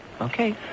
Okay